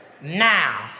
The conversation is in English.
Now